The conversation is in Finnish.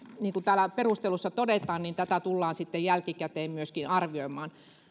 niin kuin täällä perusteluissa todetaan tätä tullaan sitten jälkikäteen myöskin arvioimaan